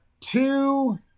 two